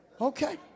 Okay